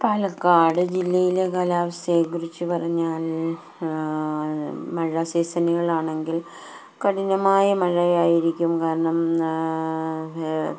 പാലക്കാട് ജില്ലയിലെ കാലാവസ്ഥയക്കുറിച്ച് പറഞ്ഞാൽ മഴ സീസണുകളാണെങ്കിൽ കഠിനമായ മഴയായിരിക്കും കാരണം